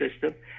system